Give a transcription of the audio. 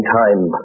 time